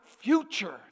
future